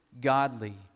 godly